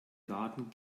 garten